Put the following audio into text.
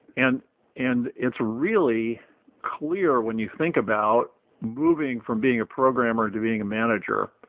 and and it's really clear when you think about moving from being a programmer to being a manager.